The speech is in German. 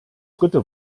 dritte